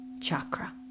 chakra